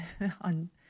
on